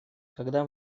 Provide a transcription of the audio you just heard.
когда